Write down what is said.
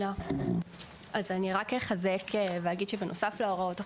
אז אני רק אחזק ואגיד שבנוסף להוראות החוקיות,